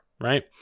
Right